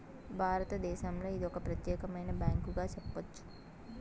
భారతదేశంలో ఇది ఒక ప్రత్యేకమైన బ్యాంకుగా చెప్పొచ్చు